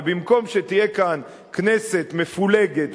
ובמקום שתהיה כאן כנסת מפולגת,